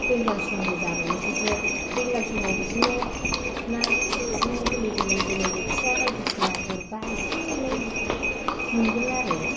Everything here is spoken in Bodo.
दैलां समबो जाबावनोसैसो दैज्लां समाव बिदिनो ना बिदिनो गोरलै गोरलै बोलो बोथिया बायदिसिना गुरबा इसे इनै मोनगोन आरो